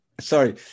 Sorry